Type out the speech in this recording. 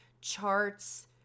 charts